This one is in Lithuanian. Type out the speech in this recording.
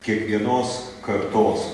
kiekvienos kartos